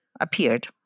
appeared